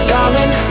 Darling